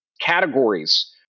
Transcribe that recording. categories